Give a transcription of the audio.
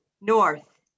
North